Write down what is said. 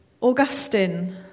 Augustine